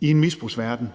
i en misbrugsverden,